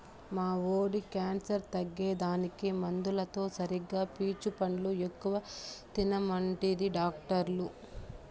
మా వోడి క్యాన్సర్ తగ్గేదానికి మందులతో సరిగా పీచు పండ్లు ఎక్కువ తినమంటిరి డాక్టర్లు